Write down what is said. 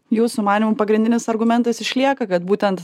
jūsų manymu pagrindinis argumentas išlieka kad būtent